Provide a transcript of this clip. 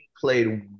played